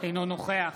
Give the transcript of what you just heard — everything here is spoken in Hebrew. אינו נוכח